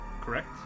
correct